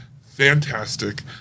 fantastic